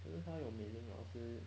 可是他有 mian nng 老师